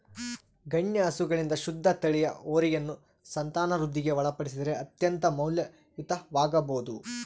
ಗಣ್ಯ ಹಸುಗಳಿಂದ ಶುದ್ಧ ತಳಿಯ ಹೋರಿಯನ್ನು ಸಂತಾನವೃದ್ಧಿಗೆ ಒಳಪಡಿಸಿದರೆ ಅತ್ಯಂತ ಮೌಲ್ಯಯುತವಾಗಬೊದು